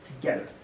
together